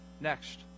next